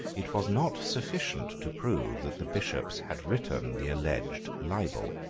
it was not sufficient to prove that the bishops had written the alleged libel.